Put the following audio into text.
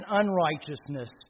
unrighteousness